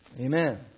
Amen